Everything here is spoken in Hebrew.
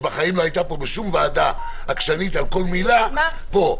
שבחיים לא הייתה פה בשום ועדה עקשנית על כל מילה פה,